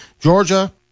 Georgia